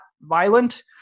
violent